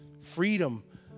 freedom